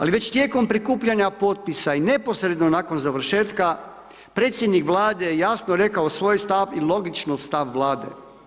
Ali već tijekom prikupljanja potpisa i neposredno nakon završetka predsjednik Vlade je jasno rekao svoj stav i logično stav Vlade.